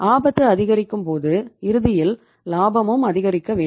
ஆபத்து அதிகரிக்கும் போது இறுதியில் இலாபமும் அதிகரிக்க வேண்டும்